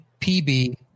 PB